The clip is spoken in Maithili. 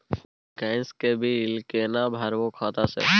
गैस के बिल केना भरबै खाता से?